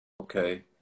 Okay